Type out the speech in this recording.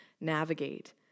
navigate